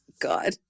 God